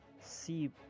see